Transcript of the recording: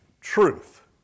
truth